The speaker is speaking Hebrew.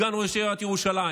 סגן ראש עיריית ירושלים,